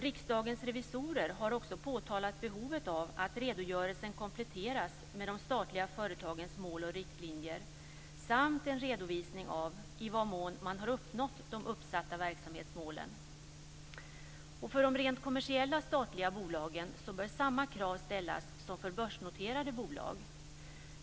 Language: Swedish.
Riksdagens revisorer har också påtalat behovet av att redogörelsen kompletteras med de statliga företagens mål och riktlinjer samt en redovisning av i vad mån man har uppnått de uppsatta verksamhetsmålen. För de rent kommersiella statliga bolagen bör samma krav ställas som för börsnoterade bolag.